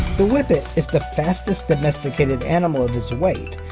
the whippet is the fastest domesticated animal of his weight,